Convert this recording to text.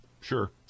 Sure